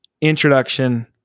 introduction